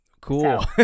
Cool